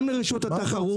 גם לרשות התחרות.